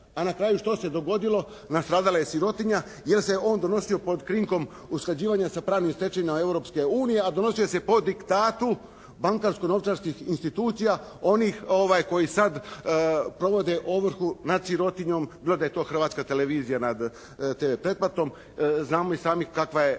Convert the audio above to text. A na kraju što se dogodilo? Nastradala je sirotinja jer se je donosio pod krinkom usklađivanja sa pravnim stečevinama Europske unije, a donose se po diktatu bankarsko-novčarskih institucija onih koji sada provode ovrhu nad sirotinjom bilo da je to Hrvatska televizija nad TV pretplatom. Znamo i sami kakva je